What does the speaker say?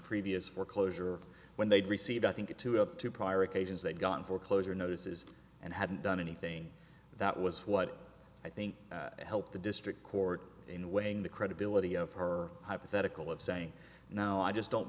previous foreclosure when they'd received i think two up to prior occasions that gone foreclosure notices and hadn't done anything that was what i think helped the district court in weighing the credibility of her hypothetical of saying no i just don't